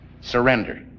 Surrender